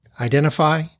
identify